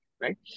right